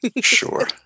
sure